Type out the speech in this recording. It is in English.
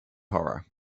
horror